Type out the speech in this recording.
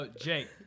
Jake